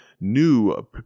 New